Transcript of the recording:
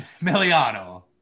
Miliano